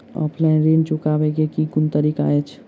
Offline ऋण चुकाबै केँ केँ कुन तरीका अछि?